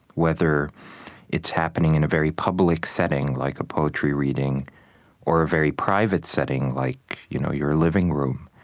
whether it's happening in a very public setting like a poetry reading or a very private setting like you know your living room,